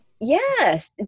Yes